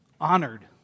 honored